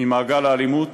ממעגל האלימות